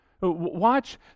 watch